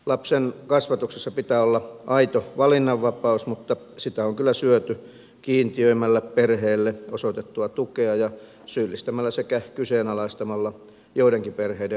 lapsen kasvatuksessa pitää olla aito valinnanvapaus mutta sitä on kyllä syöty kiintiöimällä perheelle osoitettua tukea ja syyllistämällä sekä kyseenalaistamalla joidenkin perheiden oikeus päivähoitoon